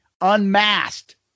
Unmasked